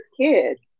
kids